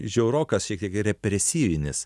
žiaurokas šiek tiek represyvinis